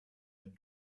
had